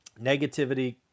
Negativity